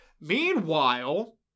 Meanwhile